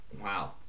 Wow